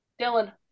Dylan